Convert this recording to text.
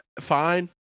fine